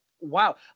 wow